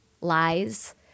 lies